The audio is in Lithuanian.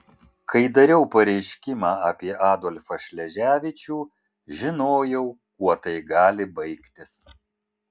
kai dariau pareiškimą apie adolfą šleževičių žinojau kuo tai gali baigtis